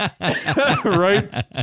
Right